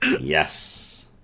yes